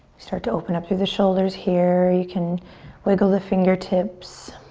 start to open up through the shoulders here. you can wiggle the fingertips.